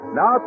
now